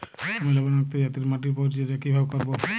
আমি লবণাক্ত জাতীয় মাটির পরিচর্যা কিভাবে করব?